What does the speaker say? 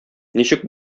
ничек